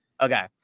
Okay